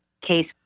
case